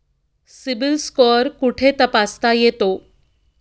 CIBIL score कुठे तपासता येतो?